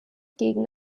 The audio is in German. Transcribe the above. gegen